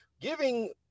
giving